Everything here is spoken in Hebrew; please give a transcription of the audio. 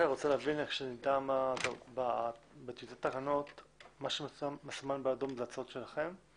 מה שמסומן באדום, אלה ההצעות שלכם?